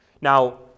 Now